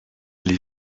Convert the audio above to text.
les